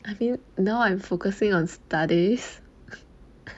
I feel now I'm focusing on studies